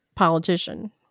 politician